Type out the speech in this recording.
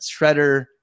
Shredder